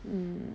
mm